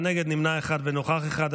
בעד, 33, נגד, 67, נמנע אחד ונוכח אחד.